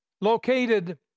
Located